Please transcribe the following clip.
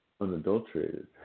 unadulterated